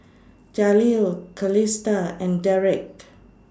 Jaleel Calista and Derick